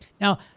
Now